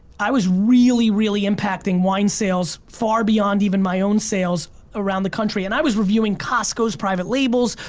i was really, really impacting wine sales far beyond even my own sales around the country, and i was reviewing costco's private labels,